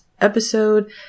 episode